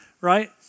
right